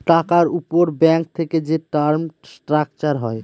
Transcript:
টাকার উপর ব্যাঙ্ক থেকে যে টার্ম স্ট্রাকচার হয়